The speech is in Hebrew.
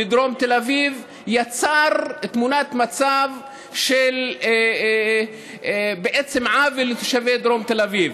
בדרום תל אביב יצר תמונת מצב של עוול לתושבי דרום תל אביב.